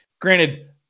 granted